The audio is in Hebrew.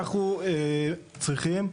אנחנו צריכים,